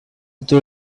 too